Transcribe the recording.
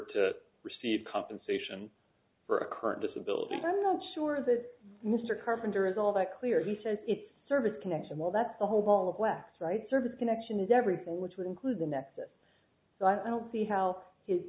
to receive compensation for a current disability i'm not sure that mr carpenter is all that clear who says it's service connected well that's the whole ball of wax right service connection is everything which would include the nexus so i don't see how